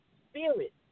spirit